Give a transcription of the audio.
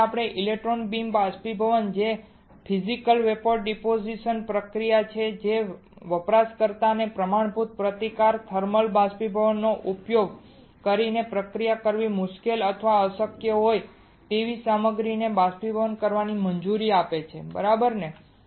તેથી electron beam બાષ્પીભવન એ ફિઝિકલ વેપોર ડીપોઝીશન પ્રક્રિયા છે જે વપરાશકર્તાને પ્રમાણભૂત પ્રતિકારક થર્મલ બાષ્પીભવન નો ઉપયોગ કરીને પ્રક્રિયા કરવી મુશ્કેલ અથવા અશક્ય હોય તેવી સામગ્રીને બાષ્પીભવન કરવાની મંજૂરી આપે છે બરાબર ને